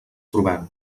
trobem